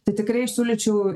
tai tikrai siūlyčiau